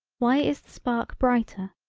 why is the spark brighter,